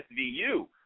SVU